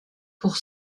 pour